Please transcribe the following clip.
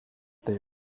they